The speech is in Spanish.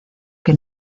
que